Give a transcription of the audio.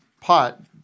pot